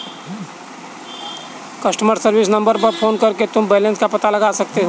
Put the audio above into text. customer service number पर phone करके तुम बैलन्स का पता लगा सकते हो